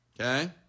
Okay